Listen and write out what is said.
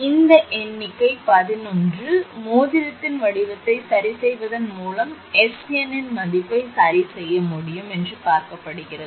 எனவே இந்த எண்ணிக்கை 11 மோதிரத்தின் வடிவத்தை சரிசெய்வதன் மூலம் 𝑆𝑛 இன் மதிப்பை சரிசெய்ய முடியும் என்று பார்க்கப்படுகிறது